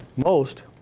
most,